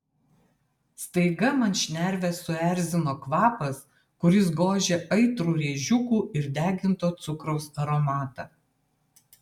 staiga man šnerves suerzino kvapas kuris gožė aitrų rėžiukų ir deginto cukraus aromatą